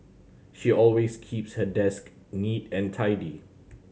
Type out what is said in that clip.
she always keeps her desk neat and tidy